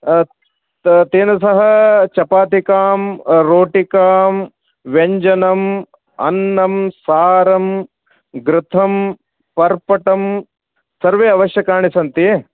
तेन सह चपातिकां रोटिकां व्यञ्जनम् अन्नं सारं घृतं पर्पटं सर्वम् आवश्यकानि सन्ति